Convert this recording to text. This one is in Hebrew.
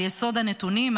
על יסוד הנתונים,